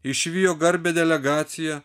išvijo garbią delegaciją